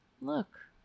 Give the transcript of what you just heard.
Look